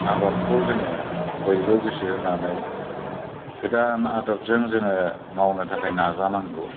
आबादखौ जोङो बयबो गोसो होनानै गोदान आदबजों जोङो मावनो थाखाय नाजानांगौ